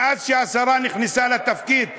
מאז שהשרה נכנסה לתפקיד ב-2015,